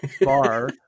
bar